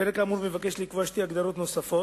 הפרק האמור מבקש לקבוע שתי הגדרות נוספות